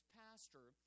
pastor